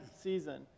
season